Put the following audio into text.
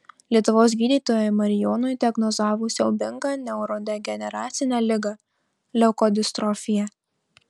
lietuvos gydytojai marijonui diagnozavo siaubingą neurodegeneracinę ligą leukodistrofija